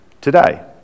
today